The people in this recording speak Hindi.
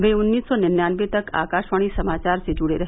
वे उन्नीस सौ निन्यानवे तक आकाशवाणी समाचार से जुड़े रहे